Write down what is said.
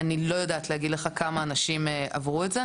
אני לא יודעת להגיד לך כמה אנשים עברו את זה,